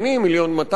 1.2 מיליון,